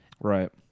Right